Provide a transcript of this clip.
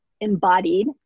embodied